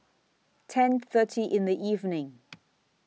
ten thirty in The evening